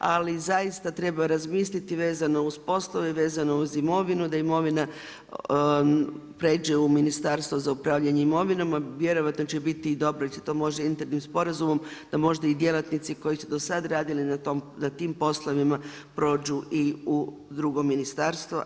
Ali zaista treba razmisliti vezano uz poslove, vezano uz imovinu, da imovina prijeđe u Ministarstvo za upravljanje imovinom, a vjerojatno će biti i … [[Govornica se ne razumije.]] to može internim sporazumom, da možda i djelatnici koji su do sad radili na tim poslovima prođu i u drugo ministarstvo.